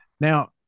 now